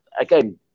again